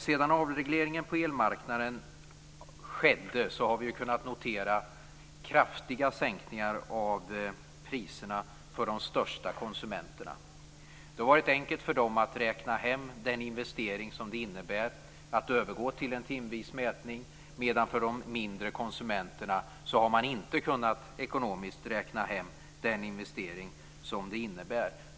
Sedan avregleringen på elmarknaden skedde har vi kunnat notera kraftiga sänkningar av priserna för de största konsumenterna. Det har varit enkelt för dem att räkna hem den investering som det innebär att övergå till en timvis mätning, medan de mindre konsumenterna inte har kunnat ekonomiskt räkna hem den investering som det innebär.